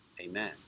Amen